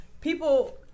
people